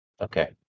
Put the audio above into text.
Okay